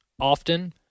often